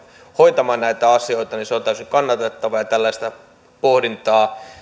hoitamaan näitä asioita on täysin kannatettava ja nimenomaisesti tällaista pohdintaa